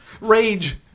rage